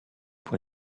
pour